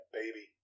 baby